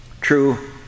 True